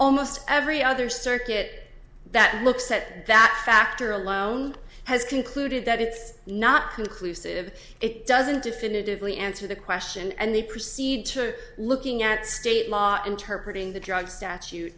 almost every other circuit that looks at that factor alone has concluded that it's not conclusive it doesn't definitively answer the question and they proceed to looking at state law interpret in the drug statute